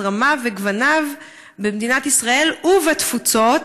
זרמיו וגווניו במדינת ישראל ובתפוצות.